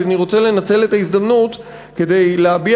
כי אני רוצה לנצל את ההזדמנות כדי להביע